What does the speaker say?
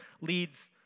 leads